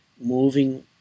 moving